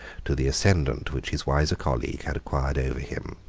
to the ascendant which his wiser colleague had acquired over him,